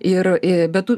ir bet